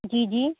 جی جی